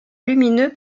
lumineux